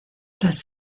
tras